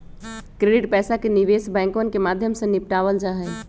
credit पैसा के निवेश बैंकवन के माध्यम से निपटावल जाहई